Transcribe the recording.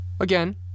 again